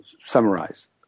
summarize